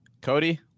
Cody